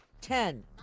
Ten